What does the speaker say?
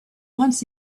once